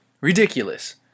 Ridiculous